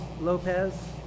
Lopez